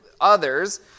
others